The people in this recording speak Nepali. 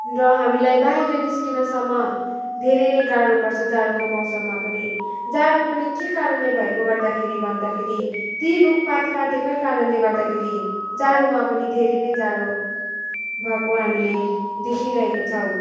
र हामीलाई बाहिर निस्किनसम्म धेरै नै गाह्रो पर्छ जाडोको मौसममा पनि जाडो पनि के कारणले भएको गर्दाखेरि भन्दाखेरि त्यही रुखपात काटेकै कारणले गर्दाखेरि जाडोमा पनि धेरै नै जाडो भएको हामीले देखिरहेको छौँ